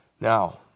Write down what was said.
Now